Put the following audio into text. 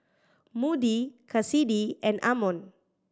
Moody Kassidy and Amon